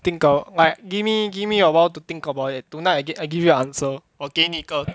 think a like gimme gimme a while to think about it tonight again I give you answer 我给你个